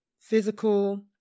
physical